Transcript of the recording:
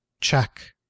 check